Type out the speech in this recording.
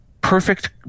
perfect